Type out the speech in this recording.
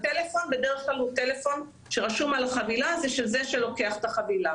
הטלפון שרשום על החבילה הוא בדרך כלל של זה שלוקח את החבילה.